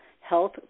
health